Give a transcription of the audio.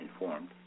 informed